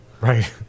right